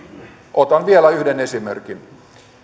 otan vielä yhden esimerkin hallitus leikkaa